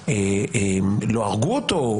לא הרגו אותו,